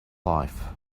life